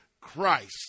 Christ